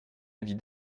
avis